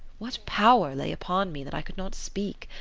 what power lay upon me that i could not speak?